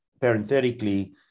parenthetically